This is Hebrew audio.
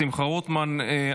תודה רבה לחבר הכנסת שמחה רוטמן.